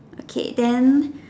okay than